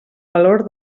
valor